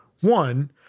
One